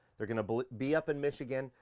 they're gonna be up in michigan.